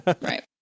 Right